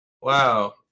wow